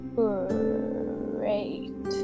great